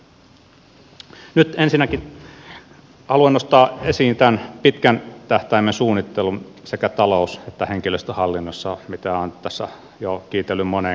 nyt ensinnäkin haluan nostaa esiin tämän pitkän tähtäimen suunnittelun sekä talous että henkilöstöhallinnossa mitä olen tässä kiitellyt jo moneen kertaan